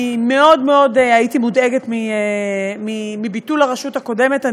אני מאוד מאוד הייתי מודאגת מביטול הרשות הקודמת.